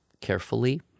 carefully